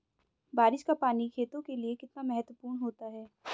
बारिश का पानी खेतों के लिये कितना महत्वपूर्ण होता है?